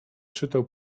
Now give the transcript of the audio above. czytał